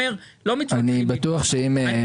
לא מתווכחים איתו.